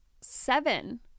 seven